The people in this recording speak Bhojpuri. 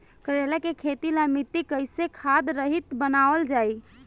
करेला के खेती ला मिट्टी कइसे खाद्य रहित बनावल जाई?